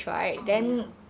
oh ya